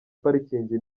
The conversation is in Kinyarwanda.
parikingi